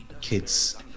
kids